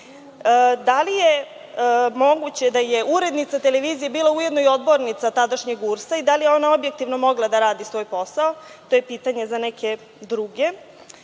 li je moguće da je urednica televizije bila ujedno i odbornica tadašnjeg URS i da li je ona objektivno mogla da radi svoj posao? To je pitanje za neke druge. Kada